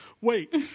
Wait